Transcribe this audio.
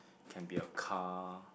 can be your car